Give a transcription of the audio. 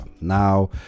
now